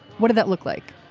what did that look like?